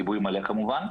גיבוי מלא, כמובן.